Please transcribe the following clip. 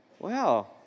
Wow